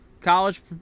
College